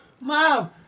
mom